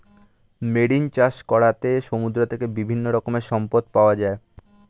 marine চাষ করাতে সমুদ্র থেকে বিভিন্ন রকমের সম্পদ পাওয়া যায়